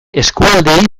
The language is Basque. eskualdeei